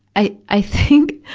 i, i think,